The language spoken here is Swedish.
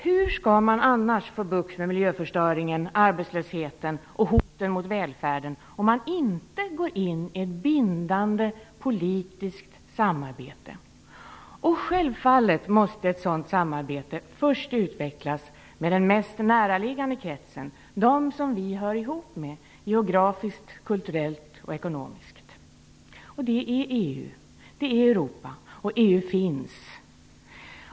Hur skall man annars få bukt med miljöförstöringen, arbetslösheten och hoten mot välfärden, om man inte går in i ett bindande politiskt samarbete? Självfallet måste ett sådant samarbete först utvecklas med den mest näraliggande kretsen, de som vi hör ihop med geografiskt, kulturellt och ekonomiskt. Det är EU. Det är Europa. EU finns.